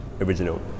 original